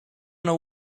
know